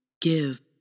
give